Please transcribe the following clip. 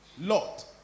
Lot